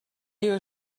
you